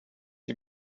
you